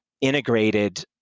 integrated